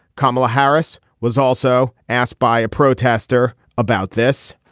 kamala harris was also asked by a protester about this.